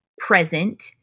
present